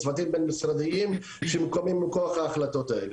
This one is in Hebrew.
צוותים בין משרדיים שמוקמים מכוח ההחלטות האלה.